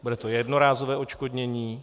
Bude to jednorázové odškodnění?